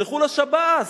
תלכו לשב"ס,